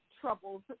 troubles